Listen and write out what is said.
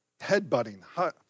headbutting